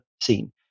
seen